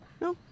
No